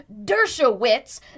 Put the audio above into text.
Dershowitz